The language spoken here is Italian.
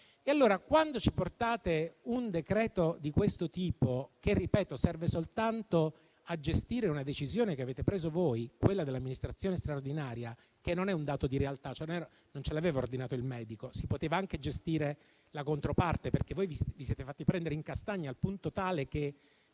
Ci sottoponete un decreto di questo tipo che - ripeto - serve soltanto a gestire una decisione che avete preso voi, quella dell'amministrazione straordinaria, che non è un dato di realtà, cioè non ce l'aveva ordinato il medico, si poteva anche gestire la controparte, perché voi vi siete fatti prendere in castagna al punto tale che